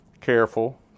careful